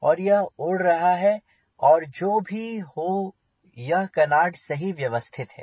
और यह उड़ रहा है और जो भी हो यह कनार्ड सही व्यवस्थित है